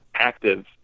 active